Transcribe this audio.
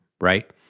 right